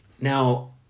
Now